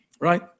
Right